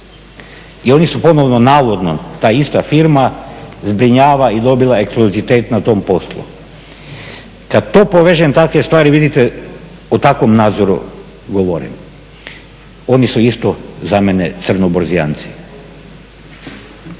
I oni su ponovno navodno, ta ista firma zbrinjava i dobila je …/Govornik se ne rzaumije./… na tom poslu. Kada to povežem takve stvari, vidite o takvom nadzoru govorim. Oni su isto za mene crnoburzijanci.